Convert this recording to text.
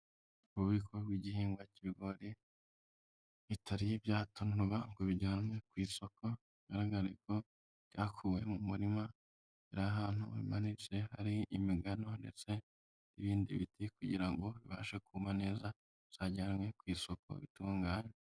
Ububiko bw'igihingwa cy'ibigori bitari byatonorwa ngo bijyanwe ku isoko, bigaragare byakuwe mu murima biri ahantu bimanitse hari imigano ndetse n'ibindi biti kugira ngo bibashe kuma neza, bizajyanwe ku isoko bitunganywe.